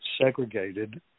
segregated